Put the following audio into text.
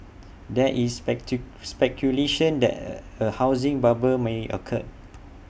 there is speculation that A housing bubble may occur